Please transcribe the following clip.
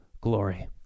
glory